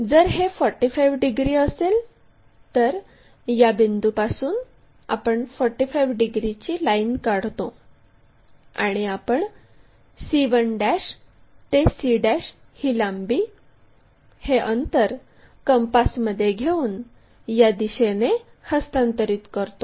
जर हे 45 डिग्री असेल तर या बिंदूपासून आपण 45 डिग्रीची लाईन काढतो आणि आपण c1 ते c ही लांबी हे अंतर कंपासमध्ये घेऊन या दिशेने हस्तांतरित करतो